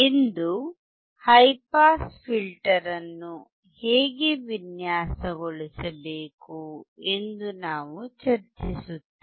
ಇಂದು high pass filter ಅನ್ನು ಹೇಗೆ ವಿನ್ಯಾಸಗೊಳಿಸಬೇಕು ಎಂದು ನಾವು ಚರ್ಚಿಸುತ್ತೇವೆ